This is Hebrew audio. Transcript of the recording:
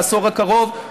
לעשור הקרוב.